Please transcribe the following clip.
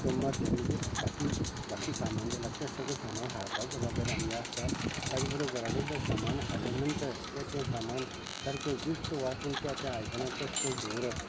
कुटूंबांतल्या म्हणजे बाकी बाकी सामान जें लागता तें सगलें सामान हाडपाची जबाबदारी आमची आसता ताजे बरोबर घरा कडेन जर सामान हाडले नंतर तें तें सामान सारकें ज्युस्त वांटून त्या त्या आयदनांत तशें कशें दवरप